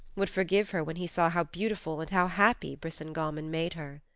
would forgive her when he saw how beautiful and how happy brisingamen made her.